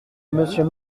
monsieur